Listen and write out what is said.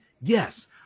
Yes